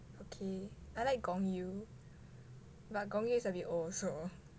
okay I like but is a bit old also